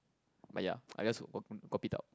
but ya I just